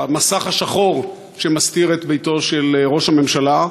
המסך השחור שמסתיר את ביתו של ראש הממשלה.